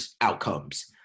outcomes